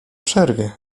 przerwie